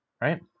right